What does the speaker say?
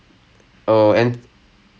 how it looks or whatever